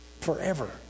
forever